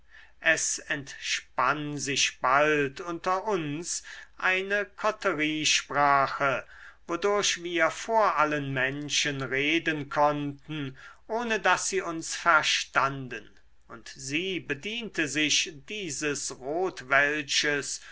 es entspann sich bald unter uns eine koteriesprache wodurch wir vor allen menschen reden konnten ohne daß sie uns verstanden und sie bediente sich dieses